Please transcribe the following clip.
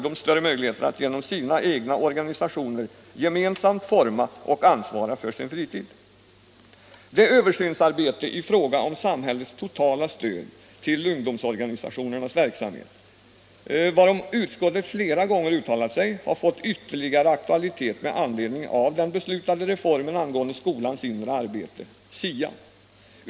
Det översynsarbete i fråga om samhällets totala stöd till ungdomsorganisationernas verksamhet varom utskottet flera gånger uttalat sig har fått ytterligare aktualitet med anledning av den beslutade reformen angående skolans inre arbete .